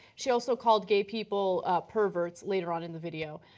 she also called gay people perverts later on in the video.